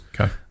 Okay